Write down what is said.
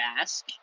ask